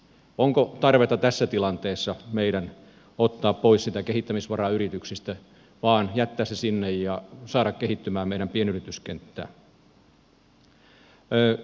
onko tarvetta tässä tilanteessa meidän ottaa pois sitä kehittämisvaraa yrityksistä vaan jättää se sinne ja saada kehittymään meidän pienyrityskenttää